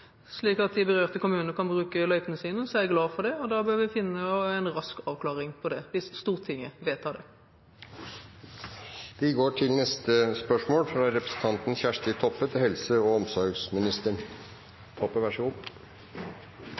slik at de berørte kommunene kan bruke løypene sine, er jeg glad for det, og vi bør finne en rask avklaring på det hvis Stortinget vedtar det.